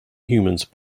humans